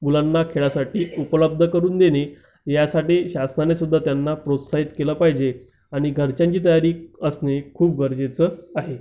मुलांना खेळा साठी उपलब्ध करून देणे यासाठी शासनाने सुद्धा त्यांना प्रोत्साहित केलं पाहिजे आणि घरच्यांची तयारी असणे खूप गरजेचं आहे